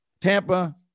Tampa